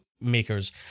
Makers